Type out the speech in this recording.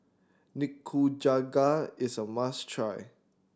Nikujaga is a must try